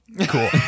cool